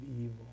evil